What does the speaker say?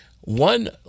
One